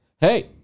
hey